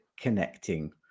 connecting